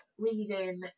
reading